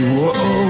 Whoa